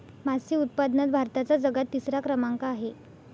मासे उत्पादनात भारताचा जगात तिसरा क्रमांक आहे